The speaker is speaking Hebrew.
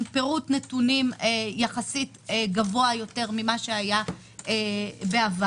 פירוט נתונים יחסית גבוה ממה שהיה בעבר.